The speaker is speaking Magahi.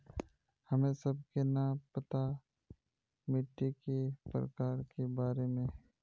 हमें सबके न पता मिट्टी के प्रकार के बारे में?